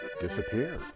disappear